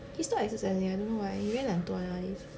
he stop exercising I don't know why he very 懒惰 nowadays